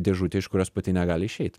dėžutę iš kurios pati negali išeit